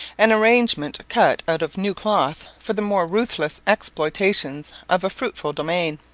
an arrangement cut out of new cloth for the more ruthless exploitation of a fruitful domain.